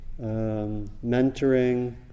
mentoring